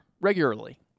regularly